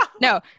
No